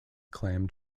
clam